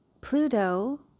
Pluto